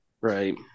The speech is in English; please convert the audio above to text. right